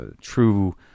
true